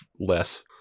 less